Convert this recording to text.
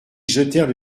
jetèrent